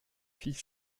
filles